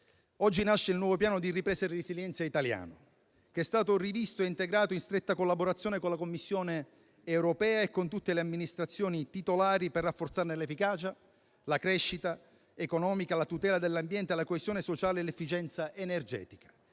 Oggi nasce il nuovo Piano di ripresa e resilienza italiano, che è stato rivisto e integrato in stretta collaborazione con la Commissione europea e con tutte le amministrazioni titolari per rafforzarne l'efficacia, per favorire la crescita economica, la tutela dell'ambiente, la coesione sociale e l'efficienza energetica.